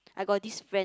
I got this friend